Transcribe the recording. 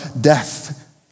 death